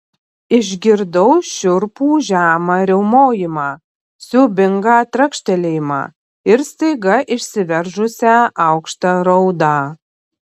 išgirdau šiurpų žemą riaumojimą siaubingą trakštelėjimą ir staiga išsiveržusią aukštą raudą